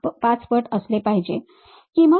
5 पट असले पाहिजे की मग 0